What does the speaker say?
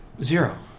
Zero